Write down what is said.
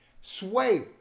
Sway